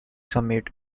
summit